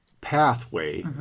pathway